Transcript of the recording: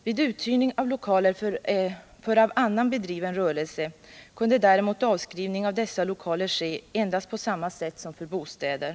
Vid uthyrning av lokaler för av annan bedriven rörelse kunde däremot avskrivning av dessa lokaler ske endast på samma sätt som för bostäder.